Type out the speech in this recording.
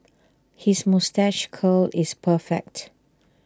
his moustache curl is perfect